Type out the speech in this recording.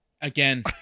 again